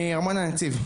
מארמון הנציב.